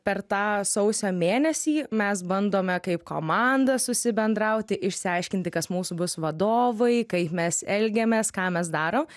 per tą sausio mėnesį mes bandome kaip komanda susibendrauti išsiaiškinti kas mūsų bus vadovai kaip mes elgiamės ką mes darom